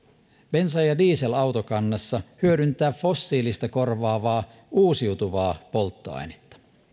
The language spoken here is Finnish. bensa ja ja dieselautokannassa hyödyntää fossiilista korvaavaa uusiutuvaa polttoainetta